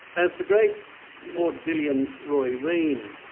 as the great vaudevillian roy reen,